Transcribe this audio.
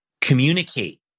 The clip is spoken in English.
Communicate